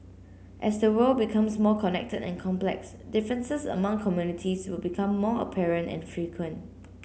as the world becomes more connected and complex differences among communities will become more apparent and frequent